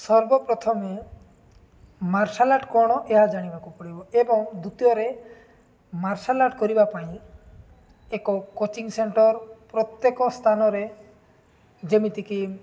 ସର୍ବପ୍ରଥମେ martial art କ'ଣ ଏହା ଜାଣିବାକୁ ପଡ଼ିବ ଏବଂ ଦ୍ଵିତୀୟରେ ମାର୍ଶାଲ୍ ଆର୍ଟ କରିବା ପାଇଁ ଏକ କୋଚିଙ୍ଗ ସେଣ୍ଟର ପ୍ରତ୍ୟେକ ସ୍ଥାନରେ ଯେମିତିକି